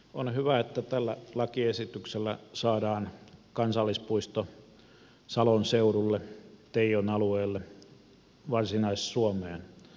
on hyvä että tällä lakiesityksellä saadaan kansallispuisto salon seudulle teijon alueelle varsinais suomeen